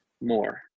more